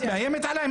את מאיימת עליי?